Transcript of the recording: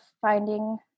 finding